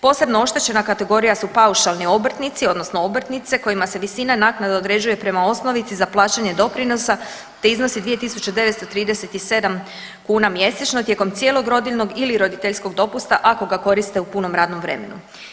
Posebno oštećena kategorija su paušalni obrtnici odnosno obrtnice kojima se visina naknade određuje prema osnovici za plaćanje doprinosa te iznosi 2.937 kuna mjesečno tijekom cijelog rodiljnog ili roditeljskog dopusta ako ga koriste u punom radnom vremenu.